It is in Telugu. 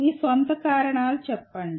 మీ స్వంత కారణాలు చెప్పండి